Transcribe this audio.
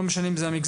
לא משנה אם זה המגזר